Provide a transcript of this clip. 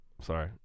Sorry